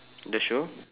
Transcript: the shoe